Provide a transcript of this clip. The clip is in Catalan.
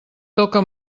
toca